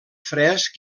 fresc